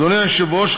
אדוני היושב-ראש,